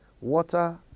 water